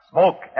Smoke